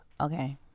Okay